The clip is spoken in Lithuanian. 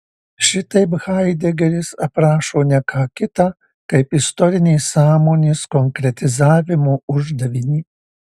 šitaip haidegeris aprašo ne ką kita kaip istorinės sąmonės konkretizavimo uždavinį